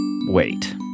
Wait